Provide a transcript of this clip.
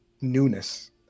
newness